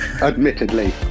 Admittedly